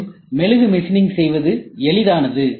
மேலும் மெழுகு மெஷினிங் செய்வது எளிதானது